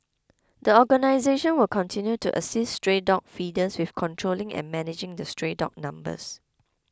the organisation will continue to assist stray dog feeders with controlling and managing the stray dog numbers